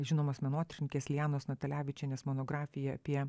žinomos menotyrininkės lijanos natalevičienės monografiją apie